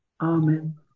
Amen